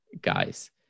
guys